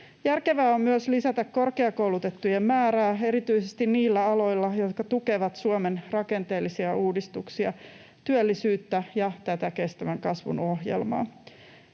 Järkevää on myös lisätä korkeakoulutettujen määrää erityisesti niillä aloilla, jotka tukevat Suomen rakenteellisia uudistuksia, työllisyyttä ja tätä kestävän kasvun ohjelmaa.